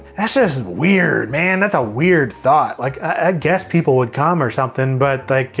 that's just weird, man. that's a weird thought. like, i guess people would come or something, but like